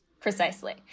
Precisely